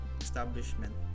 establishment